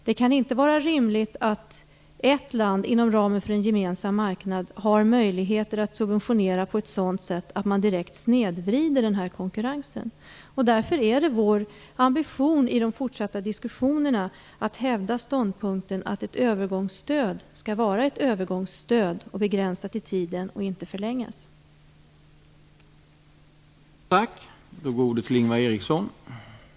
Det kan inte vara rimligt att ett land inom ramen för en gemensam marknad har möjligheter att subventionera på ett sådant sätt att man direkt snedvrider konkurrensen. Därför är det vår ambition i de fortsatta diskussionerna att hävda ståndpunkten att ett övergångsstöd skall vara ett övergångsstöd som är begränsat i tiden och som inte skall kunna förlängas.